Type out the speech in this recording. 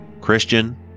Christian